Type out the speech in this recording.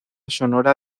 sonora